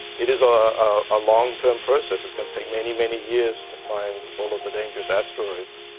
it is a long term process. it's going to take many, many years to find all of the dangerous asteroids.